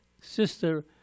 sister